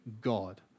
God